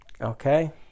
Okay